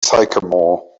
sycamore